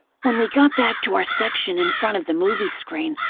when we got back to our section in front of the movie screen,